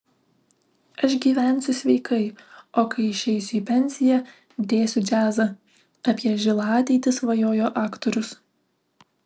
aš gyvensiu sveikai o kai išeisiu į pensiją dėsiu džiazą apie žilą ateitį svajojo aktorius